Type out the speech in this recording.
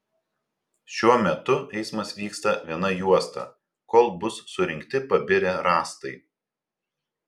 šiuo metu eismas vyksta viena juosta kol bus surinkti pabirę rąstai